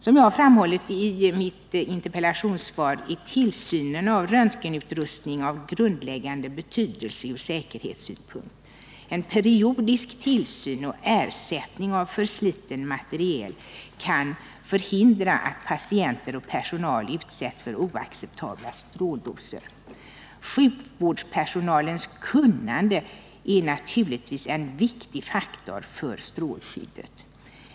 Som jag har framhållit i mitt interpellationssvar är tillsynen av röntgenutrustning av grundläggande betydelse från säkerhetssynpunkt. En periodisk tillsyn och ersättning av försliten materiel kan förhindra att patienter och personal utsätts för oacceptabla stråldoser. Sjukvårdspersonalens kunnande är naturligtvis en viktig faktor för strålskyddet.